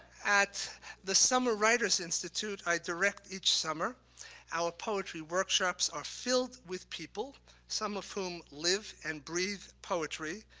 at the summer writers institute i direct each summer our poetry workshops are filled with people some of whom live and breathe poetry,